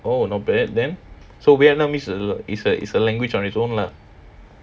oh not bad then so vietnamese err is a is a language on it's own lah